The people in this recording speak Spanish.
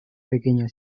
pequeño